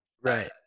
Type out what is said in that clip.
right